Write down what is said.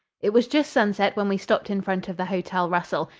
it was just sunset when we stopped in front of the hotel russell.